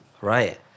Right